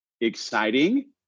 exciting